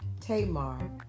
Tamar